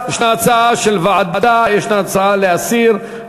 יש הצעה של ועדה, יש הצעה להסיר.